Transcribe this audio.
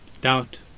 Doubt